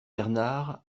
bernard